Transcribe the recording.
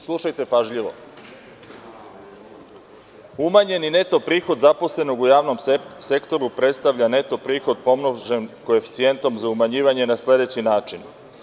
Slušajte pažljivo: „Umanjeni neto prihod zaposlenog u javnom sektoru predstavlja neto prihod pomnožen koeficijentom za umanjivanje na sledeći način.